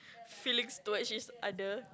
feelings towards each other